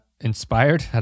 inspired